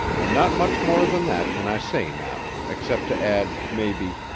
and not much more than that can i say now, except to add, maybe,